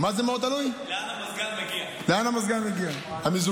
אין מקום יותר.